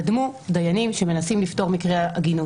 קדמו דיינים שמנסים לפתור מקרי עגינות.